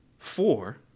Four